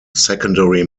secondary